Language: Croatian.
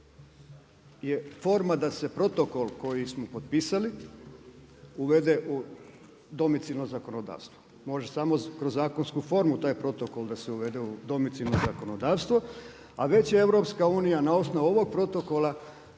je forma da se protokol koji smo potpisali uvede u domicilno zakonodavstvo. Može samo kroz zakonsku formu taj protokol uvede u domicilno zakonodavstvo a već je EU na osnovu ovog protokola